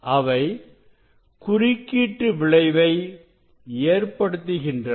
அவை குறுக்கீட்டு விளைவை ஏற்படுத்துகின்றன